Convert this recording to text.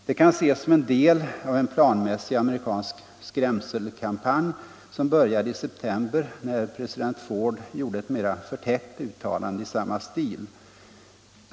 Det kan ses som en del av en planmässig amerikansk skrämselkampanj som började i september när president Ford gjorde ett mera förtäckt uttalande i samma stil.